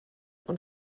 und